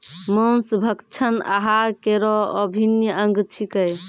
मांस भक्षण आहार केरो अभिन्न अंग छिकै